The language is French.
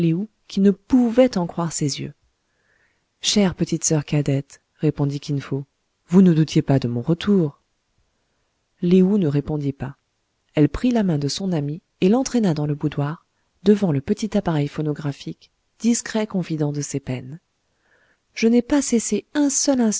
qui ne pouvait en croire ses yeux chère petite soeur cadette répondit kin fo vous ne doutiez pas de mon retour lé ou ne répondit pas elle prit la main de son ami et l'entraîna dans le boudoir devant le petit appareil phonographique discret confident de ses peines je n'ai pas cessé un seul